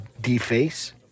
deface